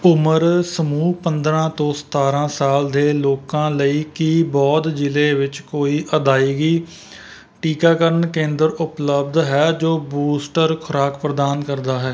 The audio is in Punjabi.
ਉਮਰ ਸਮੂਹ ਪੰਦਰ੍ਹਾਂ ਤੋਂ ਸਤਾਰ੍ਹਾਂ ਸਾਲ ਦੇ ਲੋਕਾਂ ਲਈ ਕੀ ਬੌਧ ਜ਼ਿਲ੍ਹੇ ਵਿੱਚ ਕੋਈ ਅਦਾਇਗੀ ਟੀਕਾਕਰਨ ਕੇਂਦਰ ਉਪਲੱਬਧ ਹੈ ਜੋ ਬੂਸਟਰ ਖੁਰਾਕ ਪ੍ਰਦਾਨ ਕਰਦਾ ਹੈ